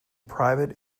private